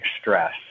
stress